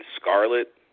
Scarlet